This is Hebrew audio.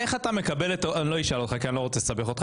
איך אתה מקבל את ה אני לא אשאל אותך כי אני לא רוצה לסבך אותך,